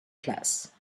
class